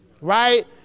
right